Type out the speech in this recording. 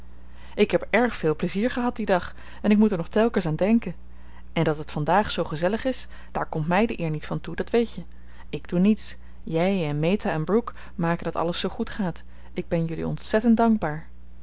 ik heb erg veel plezier gehad dien dag en moet er nog telkens aan denken en dat het vandaag zoo gezellig is daar komt mij de eer niet van toe dat weet je ik doe niets jij en meta en brooke maken dat alles zoo goed gaat en ik ben jullie ontzettend dankbaar